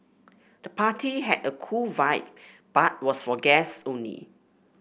the party had a cool vibe but was for guests only